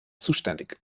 zuständig